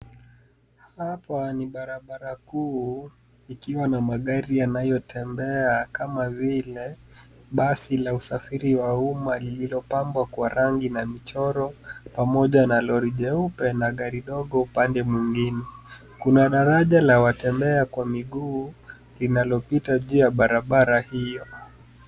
Hapa ni barabara kuu ikiwa na magari yanayotembea kama vile basi la usafiri wa umma lililopambwa kwa rangi na michoro pamoja na lori jeupe na gari dogo upande mwingine. Kuna daraja la watembea kwa miguu linalopita juu ya barabara hiyo.